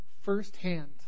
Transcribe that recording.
firsthand